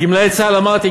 גמלאי צה"ל אמרתי,